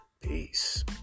Peace